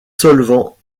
solvants